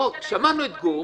שמענו את גור.